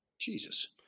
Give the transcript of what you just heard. Jesus